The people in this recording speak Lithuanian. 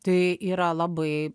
tai yra labai